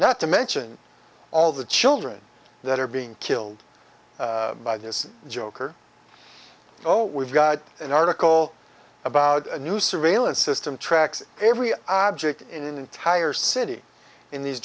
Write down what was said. not to mention all the children that are being killed by this joker oh we've got an article about a new surveillance system tracks every object in an entire city in these